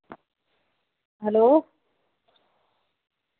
hello